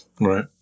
Right